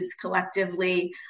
collectively